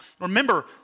remember